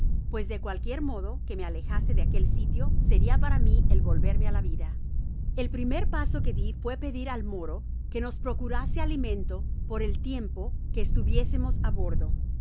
pues de cualquier modo que me alejase de aquel sitio seria para mí el volverme á la vida el primer paso que di fué pedir al moro que nos procurase alimento por el tiempo que estuviésemos á bordo